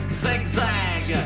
zigzag